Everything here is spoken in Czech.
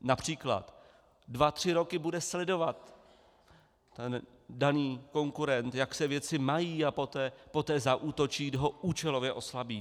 Například dva tři roky bude sledovat ten daný konkurent, jak se věci mají, a poté zaútočí, účelově ho oslabí.